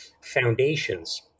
foundations